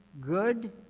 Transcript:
good